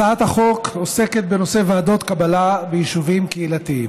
הצעת החוק עוסקת בנושא ועדות קבלה ביישובים קהילתיים.